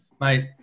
mate